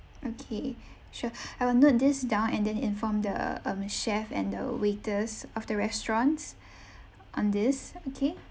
okay sure I will note this down and then inform the um chef and the waiters of the restaurants on this okay